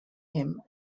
him